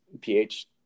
pH